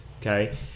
okay